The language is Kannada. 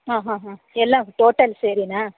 ಹಾಂ ಹಾಂ ಹಾಂ ಎಲ್ಲ ಟೋಟಲ್ ಸೇರಿನಾ